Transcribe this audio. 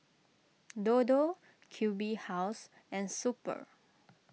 Dodo Q B House and Super